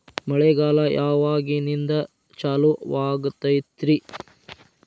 ಮಳೆಗಾಲ ಯಾವಾಗಿನಿಂದ ಚಾಲುವಾಗತೈತರಿ?